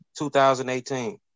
2018